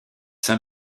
saint